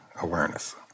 awareness